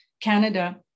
Canada